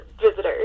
visitors